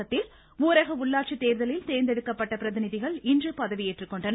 தமிழகத்தில் ஊரக உள்ளாட்சி தேர்தலில் தேர்ந்தெடுக்கப்பட்ட பிரதிநிதிகள் இன்று பதவியேற்றுக்கொண்டனர்